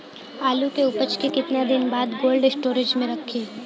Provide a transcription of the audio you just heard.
आलू के उपज के कितना दिन बाद कोल्ड स्टोरेज मे रखी?